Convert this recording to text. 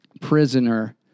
prisoner